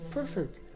Perfect